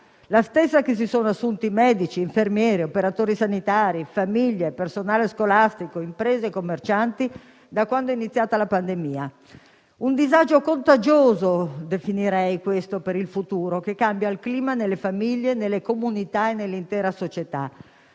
la stessa che si sono assunti medici, infermieri, operatori sanitari, famiglie, personale scolastico, imprese e commercianti da quando è iniziata la pandemia; un disagio contagioso - lo definirei così per il futuro - che cambia il clima nelle famiglie, nelle comunità e nell'intera società.